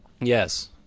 Yes